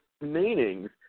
meanings